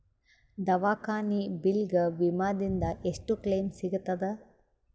ದವಾಖಾನಿ ಬಿಲ್ ಗ ವಿಮಾ ದಿಂದ ಎಷ್ಟು ಕ್ಲೈಮ್ ಸಿಗತದ?